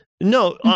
no